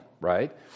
right